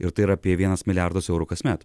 ir tai yra apie vienas milijardas eurų kasmet